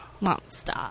Monster